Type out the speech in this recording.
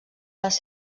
les